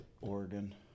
Oregon